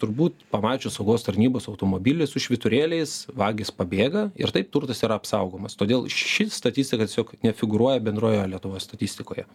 turbūt pamačius saugos tarnybos automobilį su švyturėliais vagys pabėga ir taip turtas yra apsaugomas todėl ši statistika tiesiog nefigūruoja bendroje lietuvos statistikoje